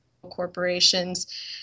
Corporations